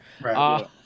Right